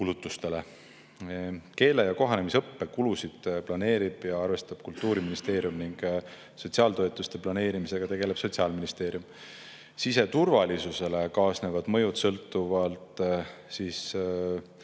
kulutustele?" Keele‑ ja kohanemisõppe kulusid planeerib ja arvestab Kultuuriministeerium ning sotsiaaltoetuste planeerimisega tegeleb Sotsiaalministeerium. Siseturvalisusele kaasnevad mõjud sõltuvad siia